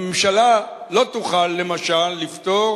הממשלה לא תוכל, למשל, לפתור